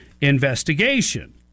investigation